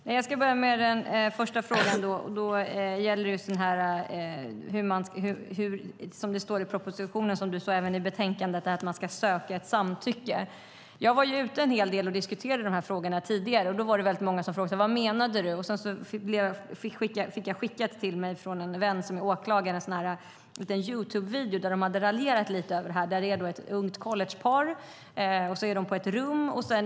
Herr talman! Jag ska börja med den första frågan. Som det står i propositionen och även i betänkandet står det, som Lena Olsson sade, att man ska söka ett samtycke. Jag var ute en hel del och diskuterade dessa frågor tidigare. Då var det många som frågade vad jag menade. Jag fick skickat till mig från en vän som är åklagare en liten Youtubevideo där man raljerade lite över detta. Där ser man ett ungt collegepar som är på ett rum.